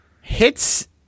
Hits